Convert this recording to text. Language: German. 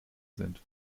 sind